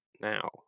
now